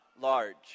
large